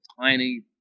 tiny